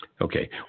Okay